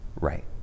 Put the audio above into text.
right